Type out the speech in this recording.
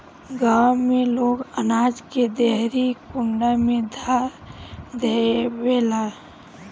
गांव में लोग अनाज के देहरी कुंडा में ध देवेला